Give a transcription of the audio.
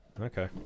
Okay